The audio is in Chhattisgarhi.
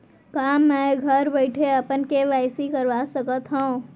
का मैं घर बइठे अपन के.वाई.सी करवा सकत हव?